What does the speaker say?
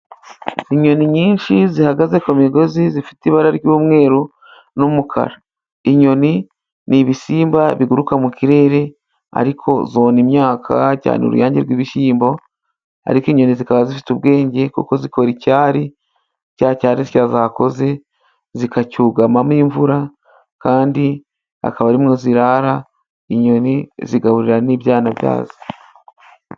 Inyoni nyinshi zihagaze ku migozi zifite ibara ry'umweru n'umukara. Inyoni ni ibisimba biguruka mu kirere ,ariko zona imyaka cyane uruyange rw'ibishyimbo, ariko inyoni zikaba zifite ubwenge kuko zikora icyari, cya cyari zakoze zikacyugamamo imvura ,kandi akaba arimo zirara inyoni zigahurira n'ibyana byazo.